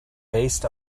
based